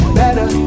better